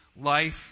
life